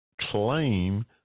claim